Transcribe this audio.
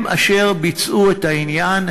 הם אשר ביצעו את העניין.